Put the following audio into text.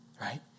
right